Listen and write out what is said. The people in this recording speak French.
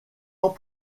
ans